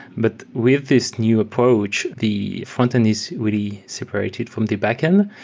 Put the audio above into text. but we have this new approach, the frontend is really separated from the backend.